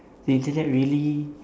the internet really